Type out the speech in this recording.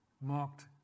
marked